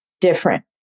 different